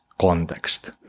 context